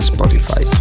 Spotify